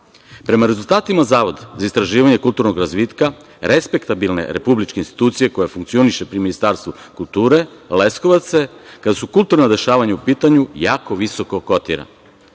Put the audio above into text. rezultatima Zavoda za istraživanje kulturnog razvitka, respektabilne republičke institucije koje funkcionišu pri Ministarstvu kulture, Leskovac se, kada su kulturna dešavanja u pitanju, jako visoko